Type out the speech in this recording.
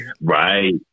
Right